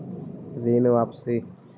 ऋण वापसी?